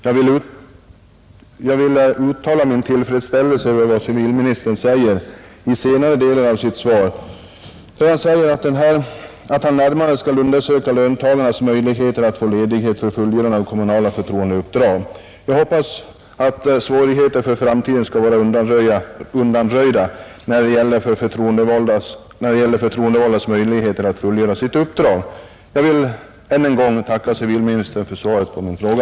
Jag vill uttala min tillfredsställelse över vad civilministern framhåller i senare delen av sitt svar, där han säger att han närmare skall ”undersöka löntagarnas faktiska möjligheter att få ledigt för fullgörande av kommunala förtroendeuppdrag”. Jag hoppas att svårigheterna för förtroendevalda att fullgöra sina uppdrag i framtiden skall vara undanröjda. Jag vill än en gång tacka civilministern för svaret på min fråga.